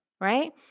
Right